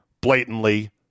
blatantly